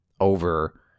over